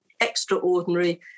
extraordinary